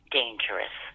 dangerous